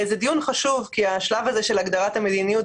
זה דיון חשוב כי השלב הזה של הגדרת המדיניות,